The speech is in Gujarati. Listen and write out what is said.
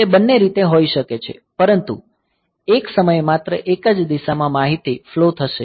તે બંને રીતે હોઈ શકે છે પરંતુ એક સમયે માત્ર એક જ દિશામાં માહિતી ફ્લો થશે